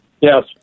Yes